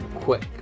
quick